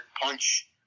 punch